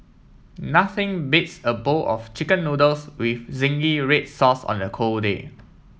nothing beats a bowl of chicken noodles with zingy red sauce on a cold day